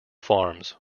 farms